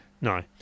No